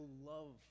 love